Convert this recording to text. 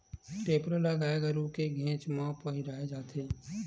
टेपरा ल गाय गरु के घेंच म पहिराय जाथे